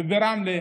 וברמלה,